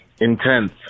Intense